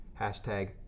hashtag